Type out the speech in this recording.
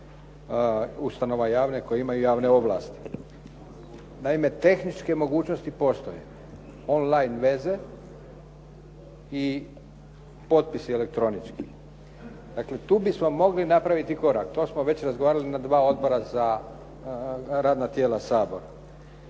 ustanova javnih koje imaju javne ovlasti. Naime, tehničke mogućnosti postoje. Online veze i potpisi elektronički. Dakle, tu bismo mogli napraviti korak. To smo već razgovarali na dva odbora za radna tijela Sabora.